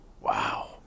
Wow